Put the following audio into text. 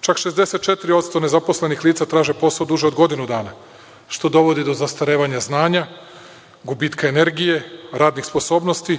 Čak 64% nezaposlenih lica traži posao duže od godinu dana, što dovodi do zastarevanja znanja, gubitka energije, radnih sposobnosti,